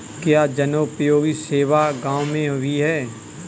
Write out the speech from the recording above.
क्या जनोपयोगी सेवा गाँव में भी है?